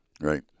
Right